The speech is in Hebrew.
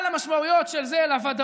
על המשמעויות של זה לוודאות,